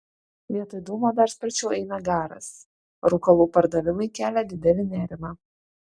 vietoj dūmo dar sparčiau eina garas rūkalų pardavimai kelia didelį nerimą